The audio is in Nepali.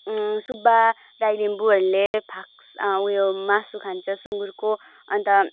सुब्बा राईलिम्बूहरूले फाक्स उयो मासु खान्छ सुँगुरको अन्त